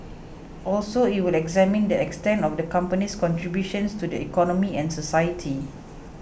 also it will examine the extent of the company's contributions to the economy and society